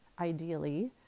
ideally